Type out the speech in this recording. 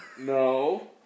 No